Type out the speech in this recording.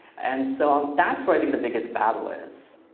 and so that's where i think the biggest battle is.